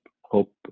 hope